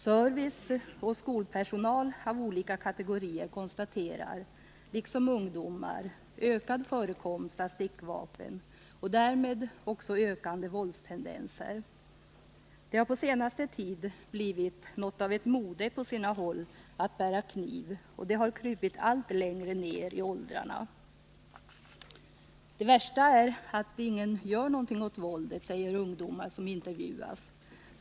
Serviceoch skolpersonal av olika kategorier konstaterar, liksom ungdomar, ökad förekomst av stickvapen och därmed också ökade våldstendenser. Det har på senaste tiden på sina håll blivit något av ett mode att bära kniv, och det har krupit allt längre ned i åldrarna. Det värsta är att ingen gör någonting åt våldet, säger ungdomar som intervjuats.